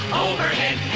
overhead